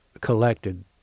collected